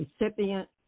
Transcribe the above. recipient